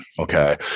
okay